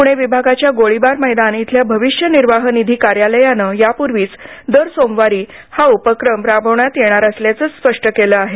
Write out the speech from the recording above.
पुणे विभागाच्या गोळीबार मैदान इथल्या भविष्य निर्वाह निधी कार्यालयाने यापूर्वीच दर सोमवारी हा उपक्रम राबविण्यात येणार आहे असं स्पष्ट केलं आहे